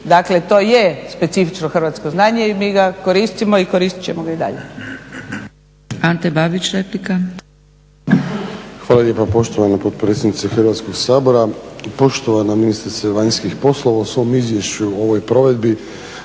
Dakle, to je specifično hrvatsko znanje i mi ga koristimo i koristit ćemo ga i dalje.